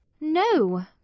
No